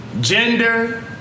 gender